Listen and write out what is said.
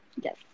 Yes